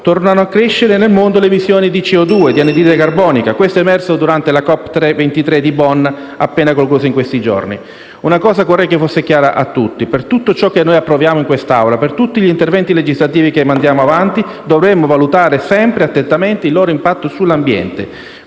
tornano a crescere nel mondo le emissioni di CO2 (di anidride carbonica), come emerso durante la COP23 di Bonn, appena conclusa in questi giorni. Una cosa vorrei fosse chiara a tutti: per tutto ciò che approviamo in quest'Assemblea; per tutti gli interventi legislativi che mandiamo avanti, dovremmo valutare sempre attentamente il loro impatto sull'ambiente.